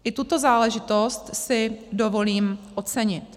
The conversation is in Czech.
I tuto záležitost si dovolím ocenit.